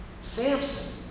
Samson